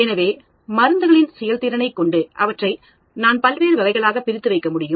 எனவே மருந்துகளின் செயல்திறனை கொண்டு அவற்றை நான் பல்வேறு வகைகளாக பிரித்து வைக்க முடியும்